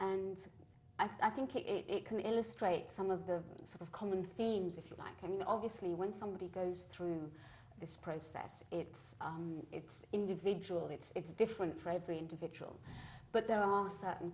and i think it it can illustrate some of the sort of common themes if you like i mean obviously when somebody goes through this process it's it's individual it's different for every individual but there are certain